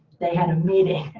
they had a meeting.